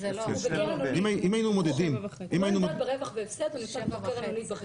הוא לא נמצא ברווח והפסד הוא נמצא בקרן עמית.